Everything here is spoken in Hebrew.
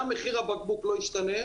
גם מחיר הבקבוק לא ישתנה,